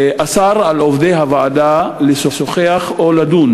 אסר על עובדי הוועדה לשוחח או לדון